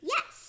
Yes